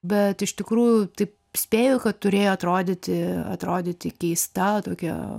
bet iš tikrųjų taip spėju kad turėjo atrodyti atrodyti keista tokia